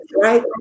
right